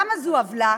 למה זו עוולה?